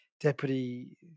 Deputy